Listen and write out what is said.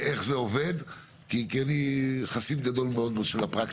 אני אומר את זה מהמקום הקטן שלי כי אני ניהלתי מדינה קטנה בעיר שלי,